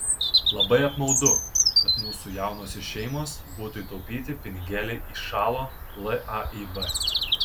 labai apmaudu kad mūsų jaunosios šeimos butui taupyti pinigėliai įšalo laib